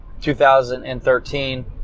2013